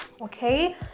Okay